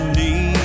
need